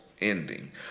ending